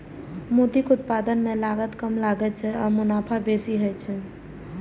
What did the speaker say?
मोतीक उत्पादन मे लागत कम लागै छै आ मुनाफा बेसी होइ छै